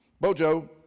Bojo